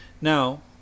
Now